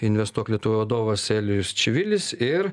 investuok lietuvoje vadovas elijus čivilis ir